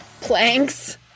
Planks